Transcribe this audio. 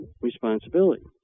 responsibility